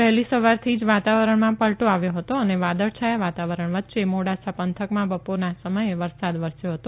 વહેલી સવારથી જ વાતાવરણમાં પલટો આવ્યો હતો અને વાદળછાયા વાતાવરણ વચ્ચે મોડાસા પંથકમાં બપોરના સમયે વરસાદ વરસ્યો હતો